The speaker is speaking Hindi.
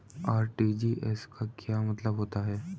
आर.टी.जी.एस का क्या मतलब होता है?